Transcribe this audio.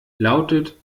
lautet